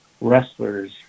wrestlers